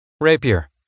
Rapier